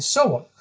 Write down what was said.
so on.